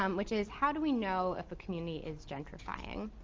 um which is how do we know if a community is gentrifying?